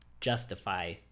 justify